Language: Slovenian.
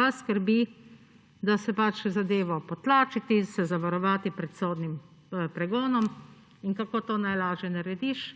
Vas skrbi, kako zadevo potlačiti in se zavarovati pred sodnim pregonom. In kako to najlažje narediš?